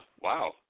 wow